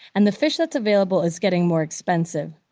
and the fish that's available is getting more expensive.